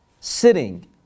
sitting